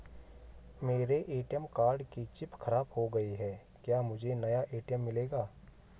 मेरे ATM card की chip खराब हो गयी है क्या मुझे नया ए.टी.एम मिलेगा?